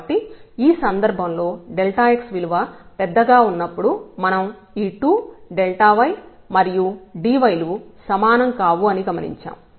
కాబట్టి ఈ సందర్భంలో x విలువ పెద్దగా ఉన్నప్పుడు మనం ఈ 2 yమరియు dy లు సమానం కావు అని గమనించాం